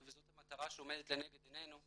וזאת המטרה שעומדת לנגד עינינו,